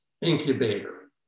incubator